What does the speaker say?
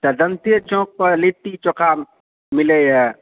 तऽ जनते चौक पर लिट्टी चौखा मिलैया